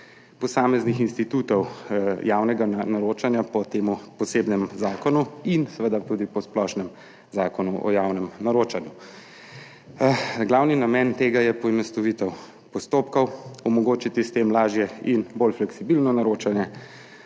posameznih institutov javnega naročanja po tem posebnem zakonu in seveda tudi po splošnem zakonu, Zakonu o javnem naročanju. Glavni namen tega je poenostavitev postopkov, s tem omogočiti lažje in bolj fleksibilno naročanje,